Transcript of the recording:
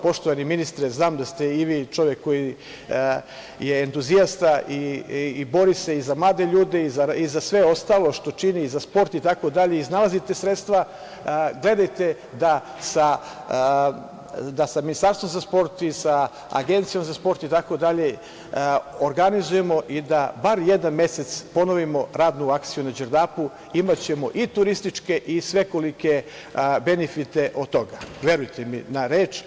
Poštovani ministre, znam da ste i vi čovek koji je entuzijasta i bori se za mlade ljude, za sve ostalo što čini za sport, iznalazite sredstva, gledajte sa Ministarstvom za sport i sa Agencijom za sport organizujemo i da barem jedan mesec ponovimo radnu akciju na Đerdapu, imaćemo i turističke i svekolike benefite od toga, verujte mi na reč.